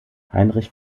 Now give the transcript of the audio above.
heinrich